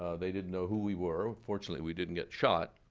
they didn't know who we were. fortunately we didn't get shot.